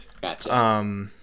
Gotcha